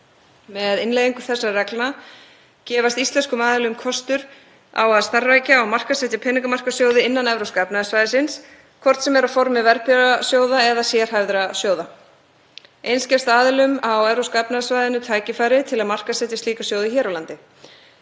Með innleiðingu þessara reglna gefst íslenskum aðilum kostur á að starfrækja og markaðssetja peningamarkaðssjóði innan Evrópska efnahagssvæðisins, hvort sem er á formi verðbréfasjóða eða sérhæfðra sjóða. Eins gefst aðilum á Evrópska efnahagssvæðinu tækifæri til að markaðssetja slíka sjóði hér á landi.